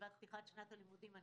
בישיבת פתיחת שנת הלימודים.